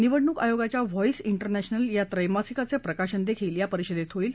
निवडणूक आयोगाच्या voice international या त्रैमासिकाचं प्रकाशनही या परिषदेत होईल